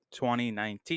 2019